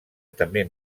també